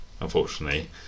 unfortunately